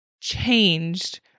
changed